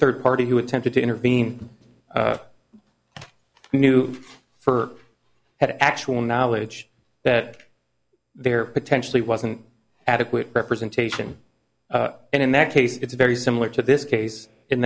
third party who attempted to intervene we knew for had actual knowledge that there potentially wasn't adequate representation and in that case it's very similar to this case in